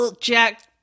Jack